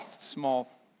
small